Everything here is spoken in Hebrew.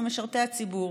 ומשרתי הציבור,